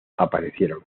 aparecieron